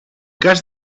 cas